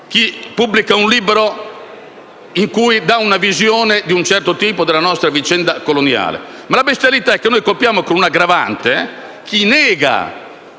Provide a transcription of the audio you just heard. chi pubblica un libro in cui esprime una visione di un certo tipo della nostra vicenda coloniale. Ma la bestialità è che noi colpiamo con un'aggravante chi nega